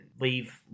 leave